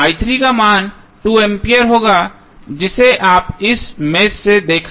का मान 2 एम्पीयर होगा जिसे आप इस मेष से देख सकते हैं